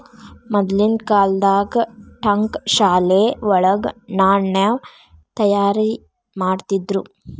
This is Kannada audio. ಮದ್ಲಿನ್ ಕಾಲ್ದಾಗ ಠಂಕಶಾಲೆ ವಳಗ ನಾಣ್ಯ ತಯಾರಿಮಾಡ್ತಿದ್ರು